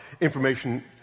information